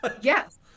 Yes